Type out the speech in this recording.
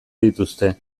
dituzte